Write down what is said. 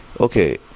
Okay